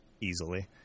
Easily